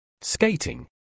Skating